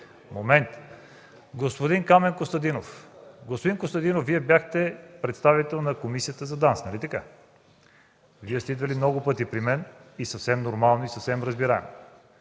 Господин Камен Костадинов. Господин Костадинов, Вие бяхте представител на Комисията за контрол на ДАНС. Нали така? Идвали сте много пъти при мен – съвсем нормално и съвсем разбираемо.